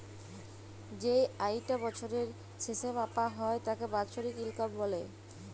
যেই আয়িটা বছরের শেসে মাপা হ্যয় তাকে বাৎসরিক ইলকাম ব্যলে